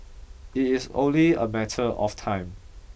it is only a matter of time